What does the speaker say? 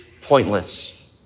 pointless